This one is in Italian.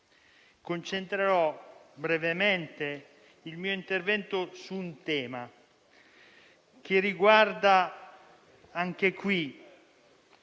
concentrerò brevemente il mio intervento su un tema che riguarda anche in